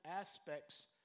aspects